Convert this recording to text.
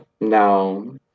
No